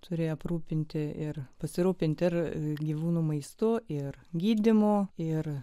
turėję aprūpinti ir pasirūpinti ir gyvūnų maistu ir gydymo ir